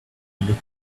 looking